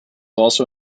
also